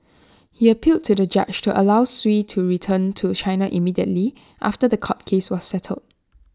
he appealed to the judge to allow Sui to return to China immediately after The Court case was settled